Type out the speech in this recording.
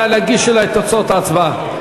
נא להגיש לי את תוצאות ההצבעה.